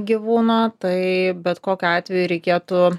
gyvūno tai bet kokiu atveju reikėtų